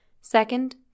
Second